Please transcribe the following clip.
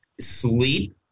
Sleep